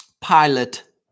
pilot